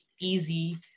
easy